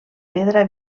pedra